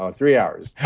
um three hours